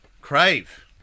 Crave